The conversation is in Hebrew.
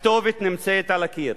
הכתובת נמצאת על הקיר.